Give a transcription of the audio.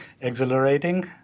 exhilarating